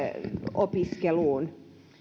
opiskeluun